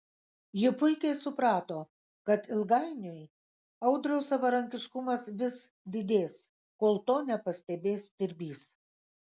ji puikiai suprato kad ilgainiui audriaus savarankiškumas vis didės kol to nepastebės stirbys